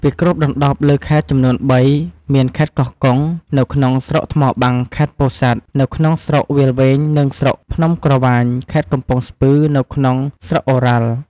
វាគ្របដណ្ដប់លើខេត្តចំនួន៣មានខេត្តកោះកុង នៅក្នុង ស្រុកថ្មបាំង ខេត្តពោធិ៍សាត់ នៅក្នុង ស្រុកវាលវែងនិងស្រុកភ្នំក្រវាញ ខេត្តកំពង់ស្ពឺនៅក្នុងស្រុកឱរ៉ាល់។